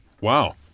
Wow